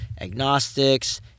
agnostics